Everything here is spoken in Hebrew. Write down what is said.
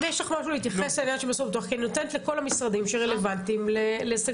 אם יש לך משהו להתייחס כי אני נותנת לכל המשרדים שרלוונטיים לסגלוביץ'.